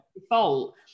default